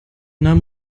namen